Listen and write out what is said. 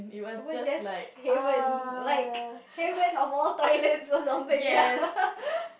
over is just heaven like heaven of all time I saw something ya